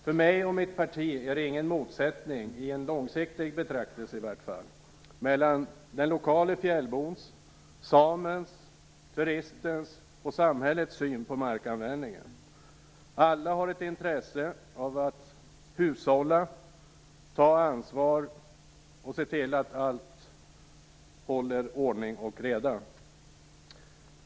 För mig och mitt parti finns det ingen motsättning - i varje fall inte om man betraktar det långsiktigt - mellan den lokala fjällbons, samens, turistens och samhällets syn på markanvändningen. Alla har ett intresse av att hushålla, ta ansvar och se till att det blir ordning och reda.